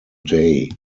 day